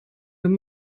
wenn